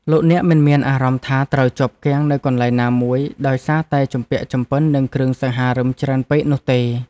លោកអ្នកមិនមានអារម្មណ៍ថាត្រូវជាប់គាំងនៅកន្លែងណាមួយដោយសារតែជំពាក់ជំពិននឹងគ្រឿងសង្ហារិមច្រើនពេកនោះទេ។